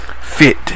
fit